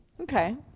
Okay